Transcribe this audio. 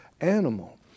animal